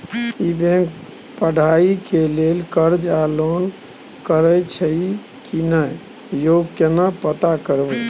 ई bank पढ़ाई के लेल कर्ज आ लोन करैछई की नय, यो केना पता करबै?